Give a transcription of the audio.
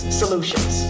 solutions